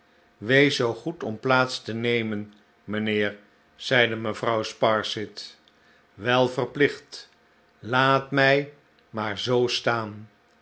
wees zoo goed om plaats te nemen mijnheer zeide mevrouw sparsit wel verplicht laat mij maar zoo staan